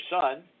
son